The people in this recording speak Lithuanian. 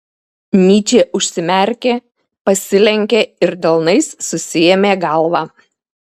nyčė užsimerkė pasilenkė ir delnais susiėmė galvą